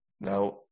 Now